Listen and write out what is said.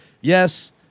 yes